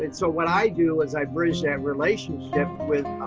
and so what i do is i bridge that relationship with